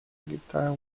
guitar